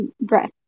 breath